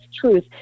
truth